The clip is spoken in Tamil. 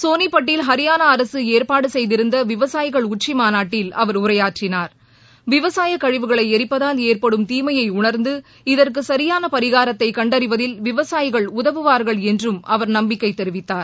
சோனிப்பட்டில் ஹரியானா அரசு ஏற்பாடு செய்திருந்த விவசாயிகள் உச்ச மாநாட்டில் அவர் உரையாற்றினார் விவசாய கழிவுகளை எரிப்பதால் ஏற்படும் தீமையை உணர்ந்து இதற்கு சரியான பரிகாரத்தை கண்டறிவதில் விவசாயிகள் உதவுவார்கள் என்றும் அவர் நம்பிக்கை தெரிவித்தார்